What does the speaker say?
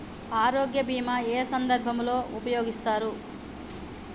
ఆరోగ్య బీమా ఏ ఏ సందర్భంలో ఉపయోగిస్తారు?